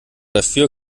dafür